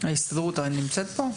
ההסתדרות נמצאת פה?